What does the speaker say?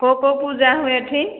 କୋଉ କୋଉ ପୂଜା ହୁଏ ଏଠି